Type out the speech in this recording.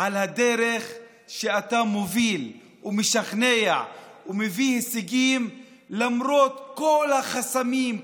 על הדרך שאתה מוביל משכנע ומביא הישגים למרות כל החסמים,